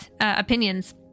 opinions